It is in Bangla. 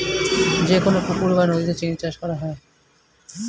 যে কোন পুকুর বা নদীতে চিংড়ি চাষ করা হয়